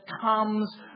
comes